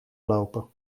lopen